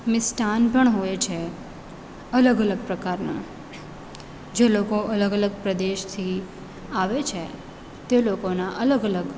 મિષ્ટાન પણ હોય છે અલગ અલગ પ્રકારના જે લોકો અલગ અલગ પ્રદેશથી આવે છે તે લોકોના અલગ અલગ